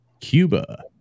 Cuba